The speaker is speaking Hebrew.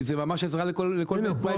זה ממש עזרה לכל בית בישראל.